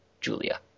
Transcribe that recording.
Julia